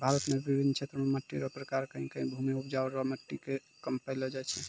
भारत मे बिभिन्न क्षेत्र मे मट्टी रो प्रकार कहीं कहीं भूमि उपजाउ रो मट्टी कम पैलो जाय छै